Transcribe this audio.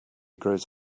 grows